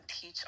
teach